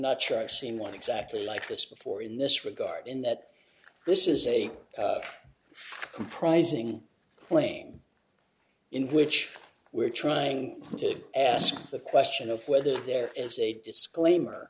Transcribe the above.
not sure i seen one exactly like this before in this regard in that this is a rising claim in which we're trying to ask the question of whether there is a disclaimer